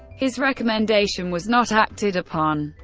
his recommendation was not acted upon.